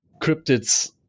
cryptids